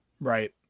right